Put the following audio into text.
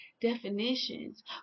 definitions